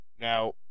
Now